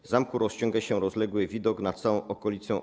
Z zamku rozciąga się rozległy widok na całą okolicę.